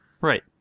Right